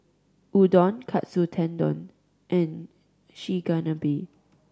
Udon Katsu Tendon and Chigenabe